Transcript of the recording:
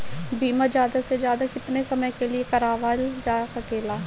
बीमा ज्यादा से ज्यादा केतना समय के लिए करवायल जा सकेला?